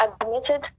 admitted